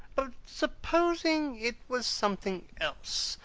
but supposing it was something else?